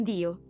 Dio